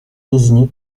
désignée